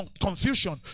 confusion